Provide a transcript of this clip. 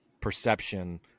perception